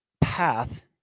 path